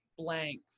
blank